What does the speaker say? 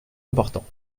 importants